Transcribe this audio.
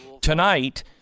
Tonight